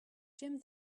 jim